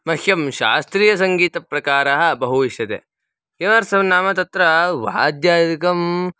मह्यं शास्त्रीयसङ्गीतप्रकारः बहु इष्यते किमर्थं नाम तत्र वाद्यादिकं